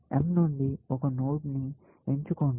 M నుండి ఒక node ని ఎంచుకోండి